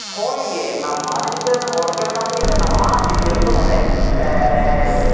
ᱯᱷᱳᱞ ᱜᱮ ᱱᱟᱣᱟ ᱪᱤᱛᱟᱹᱨ ᱨᱮᱱᱟᱜ ᱚᱨᱡᱚ ᱞᱮᱠᱟᱛᱮ ᱠᱤᱱᱛᱩ ᱱᱟᱣᱟ ᱪᱤᱛᱟᱹᱨ ᱫᱚ ᱱᱚᱰᱮ